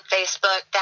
Facebook